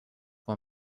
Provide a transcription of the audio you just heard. com